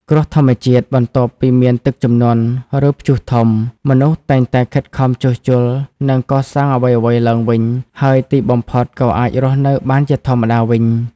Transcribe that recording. គ្រោះធម្មជាតិ បន្ទាប់ពីមានទឹកជំនន់ ឬព្យុះធំ មនុស្សតែងតែខិតខំជួសជុល និងកសាងអ្វីៗឡើងវិញ ហើយទីបំផុតក៏អាចរស់នៅបានជាធម្មតាវិញ។